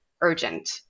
urgent